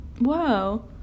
Wow